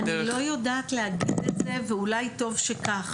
אני לא יודעת להגיד את זה ואולי טוב שכך,